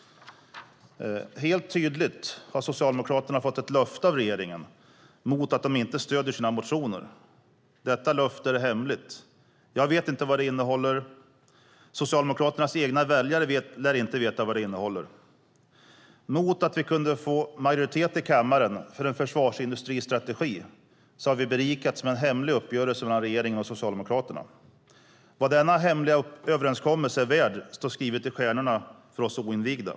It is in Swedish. Helt tydligt har Socialdemokraterna fått ett löfte av regeringen mot att de inte stöder sina motioner. Detta löfte är hemligt. Jag vet inte vad det innehåller, och Socialdemokraternas egna väljare lär inte veta vad det innehåller. Mot att vi kunde få majoritet i kammaren för en försvarsindustristrategi har vi berikats med en hemlig uppgörelse mellan regeringen och Socialdemokraterna. Vad denna hemliga överenskommelse är värd står skrivet i stjärnorna för oss oinvigda.